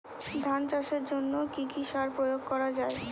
ধান চাষের জন্য কি কি সার প্রয়োগ করা য়ায়?